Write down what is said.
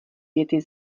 věty